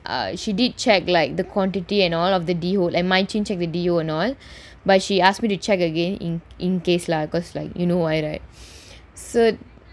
did check like the quantity and all but she asked me to check again in in case lah because like you know why right so